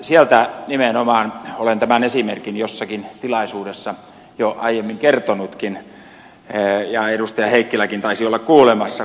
sieltä nimenomaan olen tämän esimerkin jossakin tilaisuudessa jo aiemmin kertonutkin ja edustaja heikkiläkin taisi olla kuulemassa